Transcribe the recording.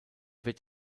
wird